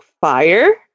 fire